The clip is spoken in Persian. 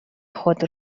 خود